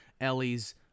ellie's